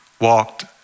walked